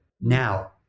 now